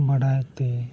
ᱵᱟᱰᱟᱭ ᱛᱮ